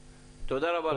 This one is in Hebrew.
תודה רבה לך.